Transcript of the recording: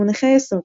מונחי יסוד